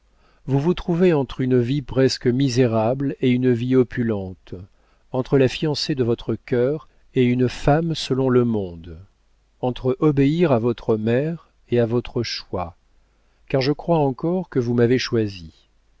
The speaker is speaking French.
vous vous trouvez entre une vie presque misérable et une vie opulente entre la fiancée de votre cœur et une femme selon le monde entre obéir à votre mère et à votre choix car je crois encore que vous m'avez choisie